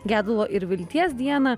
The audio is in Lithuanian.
gedulo ir vilties dieną